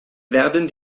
werden